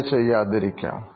അല്ലെങ്കിൽ ചെയ്യാതിരിക്കാം